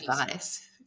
advice